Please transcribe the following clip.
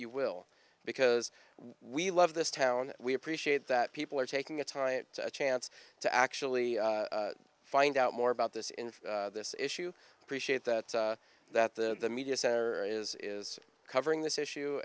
you will because we love this town we appreciate that people are taking its high it a chance to actually find out more about this in this issue appreciate that that the media center is is covering this issue